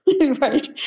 right